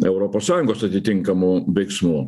europos sąjungos atitinkamų veiksmų